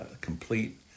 complete